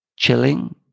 chilling